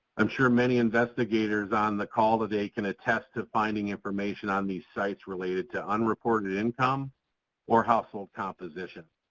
i'm sure many investigators on the call today can attest to finding information on these sites related to unreported income or household composition.